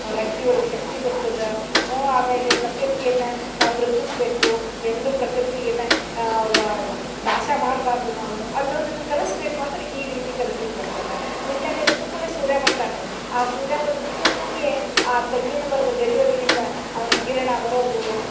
ಆ ರಟ್ಟಿ ಒಳಗೆ ಶಕ್ತಿ ಬರ್ತದ ಆಮೇಲೆ ಪ್ರಕೃತಿಯನ್ನ ನಾವು ಪ್ರೀತಿಸಬೇಕು ಎಂದು ಪ್ರಕೃತಿಗೆನ ನಾಶ ಮಾಡ್ಬಾರದು ನಾವು ಅನ್ನೋದನ ಕಲಿಸಬೇಕು ಅಂದರೆ ಈ ರೀತಿ ಕಲಿಸ್ಲಿಕೆ ಬರ್ತದ ಮುಂಜಾನೆ ಎದ್ದು ಕೂಡಲೆ ಸೂರ್ಯ ಬರ್ತಾನ್ರಿ ಆ ಸೂರ್ಯ ಬಂದ ಕೂಡಲೆ ಆ ತಂಗಿನ ಮರದ ಗರಿ ಒಳಗಿಂದ ಅವನ ಕಿರಣ ಬರೋದು